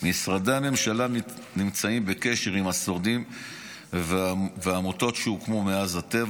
משרדי הממשלה נמצאים בקשר עם השורדים והעמותות שהוקמו מאז הטבח